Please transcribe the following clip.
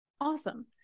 Awesome